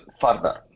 further